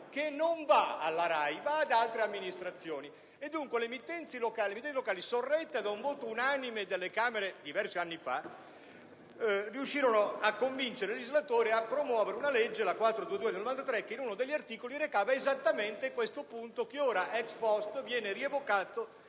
che non va alla RAI, ma ad altre amministrazioni. Dunque le emittenti locali, sorrette da un voto unanime delle Camere di diversi anni fa, riuscirono a convincere il legislatore a promuovere una legge (la legge n. 422 del 1993) che in uno degli articoli recava esattamente questo punto che ora viene rievocato